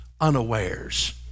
unawares